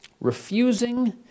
Refusing